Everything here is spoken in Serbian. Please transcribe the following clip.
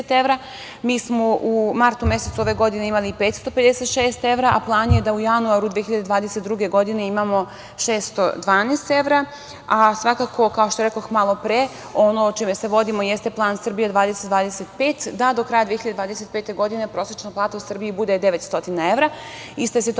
Mi smo u martu mesecu ove godine imali 556 evra, a plan je da u januaru 2022. godine imamo 612 evra. Svakako, kao što rekoh malopre, ono čime se vodimo jeste plan „Srbija 2025“, da do kraja 2025. godine prosečna plata u Srbiji bude 900 evra. Ista je situacija